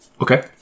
Okay